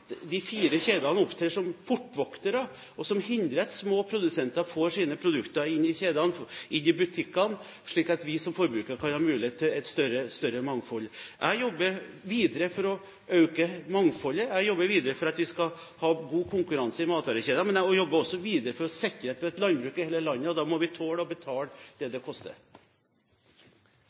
de fire kjedene opptrer som portvoktere, som hindrer at små produsenter får sine produkter inn i kjedene og inn i butikkene, slik at vi som forbrukere kan få mulighet til et større mangfold. Jeg jobber videre for å øke mangfoldet. Jeg jobber videre for at vi skal ha god konkurranse i matvarekjedene, men jeg jobber også videre for å sikre at vi har landbruk i hele landet, og da må vi tåle å betale det som det koster.